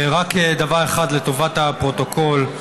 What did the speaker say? רק דבר אחד לטובת הפרוטוקול,